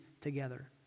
together